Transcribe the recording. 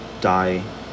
die